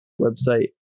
website